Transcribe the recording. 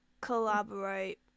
collaborate